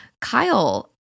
Kyle